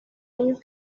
años